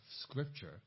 scripture